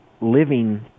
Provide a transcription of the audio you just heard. living